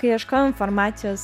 kai ieškojau informacijos